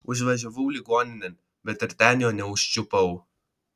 užvažiavau ligoninėn bet ir ten jo neužčiupau